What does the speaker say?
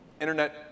internet